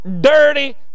dirty